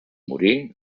morir